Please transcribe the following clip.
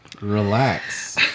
Relax